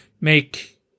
make